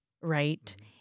Right